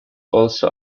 also